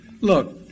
Look